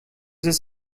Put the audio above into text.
this